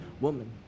woman